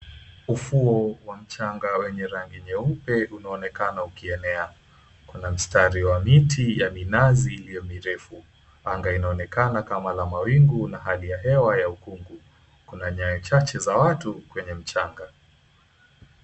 Ufuo wa mchanga wenye rangi nyeupe unaonekana ukienea kuna mstari wa miti ya minazi iliyo mirefu anga inaonekana kama la mawingu na hali ya hewa ya ukungu, kuna nyayo chache za watu kwenye mchanga.